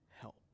help